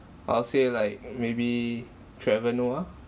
I'll say like maybe trevor noah